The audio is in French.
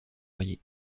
riez